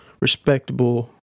respectable